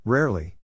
Rarely